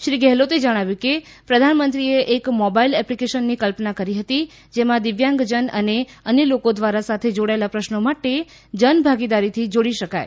શ્રી ગેહલોતે જણાવ્યું કે પ્રધાનમંત્રીએ એક મોબાઇલ એપ્લિકેશનની કલ્પના કરી હતી જેમાં દિવ્યાંગજંન અને અન્ય લોકો દ્વારા સાથે જોડાયેલા પ્રશ્નો માટે જન ભાગીદરીથી જોડી શકાય